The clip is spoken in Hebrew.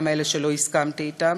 גם אלה שלא הסכמתי אתם,